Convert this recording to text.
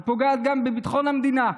היא פוגעת גם בביטחון המדינה.